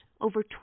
over